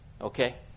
Okay